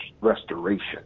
restoration